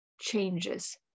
changes